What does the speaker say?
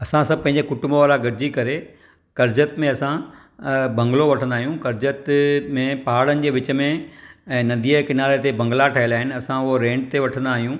असां सभु पंहिंजे कुटुंब वारा गॾु जी करे कर्ज़त में असां बंगलो वठंदा आहियूं कर्ज़त में पहाड़नि जे वीच में ऐं नंदीअ ए किनारे ते बंगला ठहियल आहिनि असां हुअ रेंट ते वठंदा आहियूं